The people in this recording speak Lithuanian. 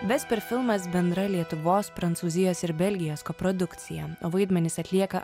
vesper filmas bendra lietuvos prancūzijos ir belgijos koprodukcija o vaidmenis atlieka